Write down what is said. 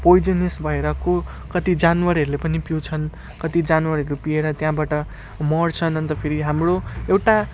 poisonous भएर को कति जनावरहरूले पनि पिउँछन् कत्ति जनावरहरू पिएर त्यहाँबाट मर्छन् अन्त फेरि हाम्रो एउटा